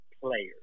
players